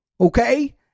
Okay